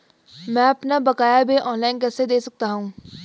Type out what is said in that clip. मैं अपना बकाया बिल ऑनलाइन कैसे दें सकता हूँ?